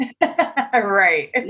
right